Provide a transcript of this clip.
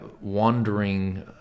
wandering